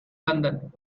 london